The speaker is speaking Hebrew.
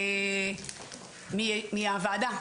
מהוועידה,